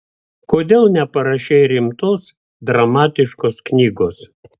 kodėl neparašei rimtos dramatiškos knygos